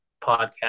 podcast